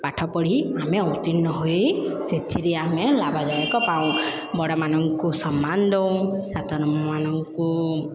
ପାଠ ପଢ଼ି ଆମେ ଉତ୍ତୀର୍ଣ୍ଣ ହୋଇ ସେଥିରେ ଆମେ ଲାଭଦାୟକ ପାଉ ବଡ଼ମାନଙ୍କୁ ସମ୍ମାନ ଦେଉଁ ସାଧାରଣମାନଙ୍କୁ